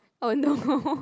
oh no